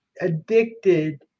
addicted